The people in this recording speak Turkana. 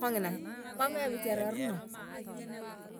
kongina emam ebiachar erono.